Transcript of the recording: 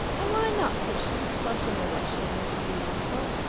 and why not? said she, flushing at what she knew to be an insult.